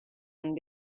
amb